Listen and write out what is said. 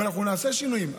ואנחנו נעשה שינויים.